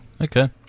Okay